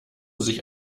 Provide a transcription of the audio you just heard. sich